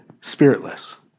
spiritless